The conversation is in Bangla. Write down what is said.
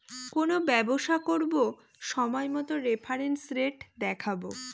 কোনো ব্যবসা করবো সময় মতো রেফারেন্স রেট দেখাবো